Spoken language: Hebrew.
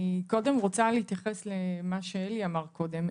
אני קודם רוצה להתייחס למה שעלי אמר קודם.